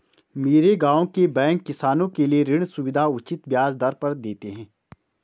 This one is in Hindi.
मेरे गांव के बैंक किसानों के लिए ऋण सुविधाएं उचित ब्याज पर देते हैं